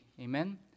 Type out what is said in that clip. amen